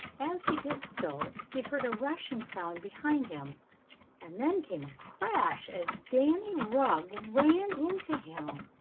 as he did so he heard a rushing sound behind him and then came a crash as danny rugg ran into him.